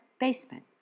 basement